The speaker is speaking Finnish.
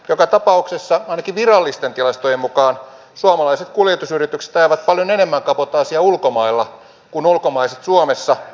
joka tapauksessa ainakin virallisten tilastojen mukaan suomalaiset kuljetusyritykset ajavat paljon enemmän kabotaasia ulkomailla kuin ulkomaiset suomessa